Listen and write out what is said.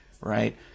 right